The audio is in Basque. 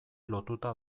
lotuta